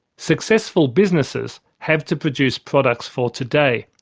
successful businesses have to produce products for today,